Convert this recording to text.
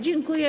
Dziękuję.